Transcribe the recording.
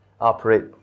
operate